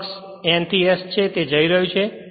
flux આ N થી S છે તે જઈ રહ્યું છે